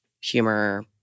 humor